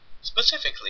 specifically